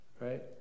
right